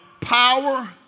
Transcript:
power